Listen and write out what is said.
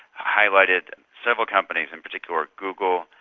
highlighted several companies in particular, google,